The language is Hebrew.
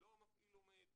לא המפעיל עומד,